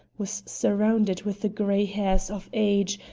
was surrounded with the gray hairs of age,